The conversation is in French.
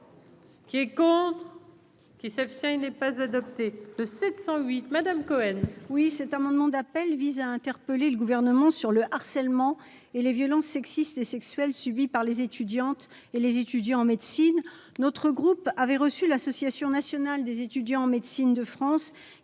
avis défavorables. Qui s'abstient, il n'est pas adopté de 708 madame Cohen. Oui, cet amendement d'appel vise à interpeller le gouvernement sur le harcèlement et les violences sexistes et sexuelles subies par les étudiantes et les étudiants en médecine, notre groupe avait reçu l'association nationale des étudiants en médecine de France